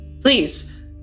Please